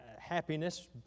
happiness